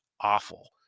awful